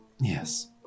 Yes